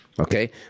Okay